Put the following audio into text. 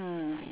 mm